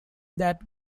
that